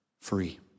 free